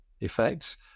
effects